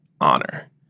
Honor